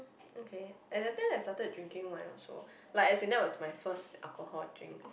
okay at that time I started drinking wine also like as in that was my first alcohol drink